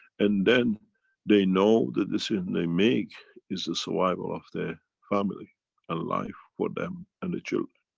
and then they know the decision they make is the survival of the family and life for them and the children.